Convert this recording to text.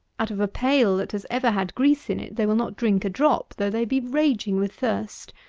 out of a pail that has ever had grease in it, they will not drink a drop, though they be raging with thirst.